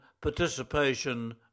Participation